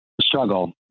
struggle